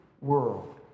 world